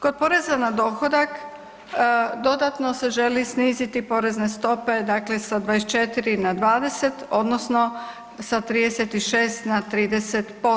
Kod poreza na dohodak dodatno se želi sniziti porezne stope, dakle sa 24 na 20 odnosno sa 36 na 30%